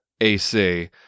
AC